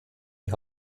die